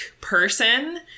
person